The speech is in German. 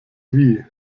wie